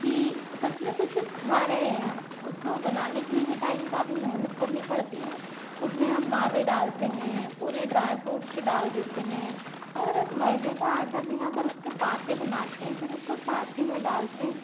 कि सच में कुछ खा रहे हैं हम उसको बनाने के लिए भी टाइम काफ़ी मेहनत करनी पड़ती है उसमें हम मावें डालते हैं पूरे ड्राय फ्रूट्स डाल देते हैं और मैदे का आटा भींगा कर उसके पांतें बनाते हैं फिर उसको सांचे में डालते हैं